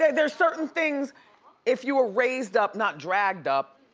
there's certain things if you're raised up, not dragged up.